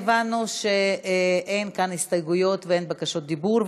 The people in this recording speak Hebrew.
הבנו שאין כאן הסתייגויות ואין בקשות דיבור,